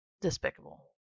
despicable